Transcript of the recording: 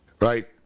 right